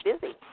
busy